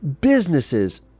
businesses